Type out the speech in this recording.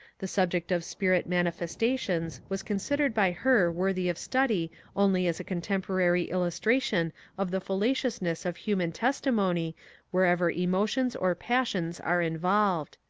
the subject of spirit manifesta tions was considered by her worthy of study only as a con temporary illustration of the fallaciousness of human testimony wherever emotions or passions are involved.